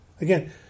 Again